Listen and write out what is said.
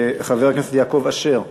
חבר הכנסת יעקב אשר,